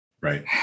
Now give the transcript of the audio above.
Right